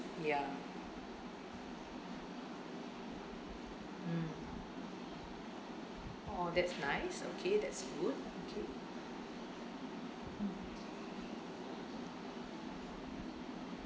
ya mm oh that's nice okay that's good okay mm